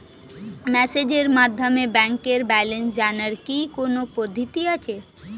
মেসেজের মাধ্যমে ব্যাংকের ব্যালেন্স জানার কি কোন পদ্ধতি আছে?